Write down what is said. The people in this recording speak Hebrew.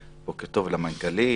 בוקר טוב למנכ"לית,